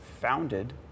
founded